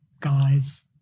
guys